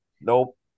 Nope